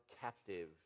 captive